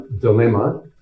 dilemma